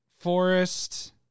forest